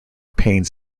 pains